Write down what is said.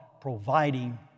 providing